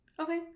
Okay